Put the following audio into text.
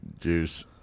Juice